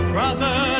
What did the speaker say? Brother